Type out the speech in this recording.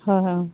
হয় হয় অঁ